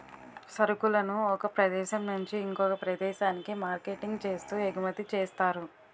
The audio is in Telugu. సరుకులను ఒక ప్రదేశం నుంచి ఇంకొక ప్రదేశానికి మార్కెటింగ్ చేస్తూ ఎగుమతి చేస్తారు